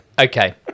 Okay